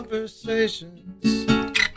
Conversations